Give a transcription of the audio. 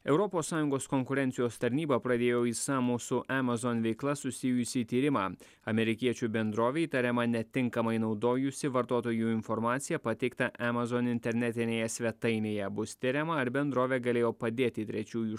europos sąjungos konkurencijos tarnyba pradėjo išsamų su emazon veikla susijusį tyrimą amerikiečių bendrovė įtariama netinkamai naudojusi vartotojų informaciją pateiktą emazon internetinėje svetainėje bus tiriama ar bendrovė galėjo padėti trečiųjų